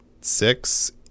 six